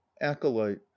acolyte